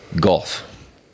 golf